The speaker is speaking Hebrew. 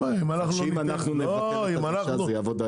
אם אנחנו נבטל עכשיו, זה יעבוד ההיפך.